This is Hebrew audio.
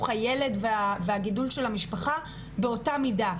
הילד והגידול של המשפחה באותה מידה.